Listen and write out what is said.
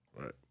Right